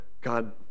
God